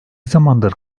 zamandır